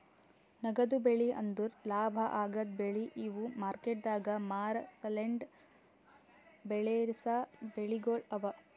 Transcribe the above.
ನಗದು ಬೆಳಿ ಅಂದುರ್ ಲಾಭ ಆಗದ್ ಬೆಳಿ ಇವು ಮಾರ್ಕೆಟದಾಗ್ ಮಾರ ಸಲೆಂದ್ ಬೆಳಸಾ ಬೆಳಿಗೊಳ್ ಅವಾ